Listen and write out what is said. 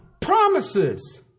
promises